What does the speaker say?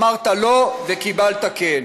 אמרת "לא" וקיבלת "כן",